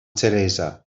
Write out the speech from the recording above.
teresa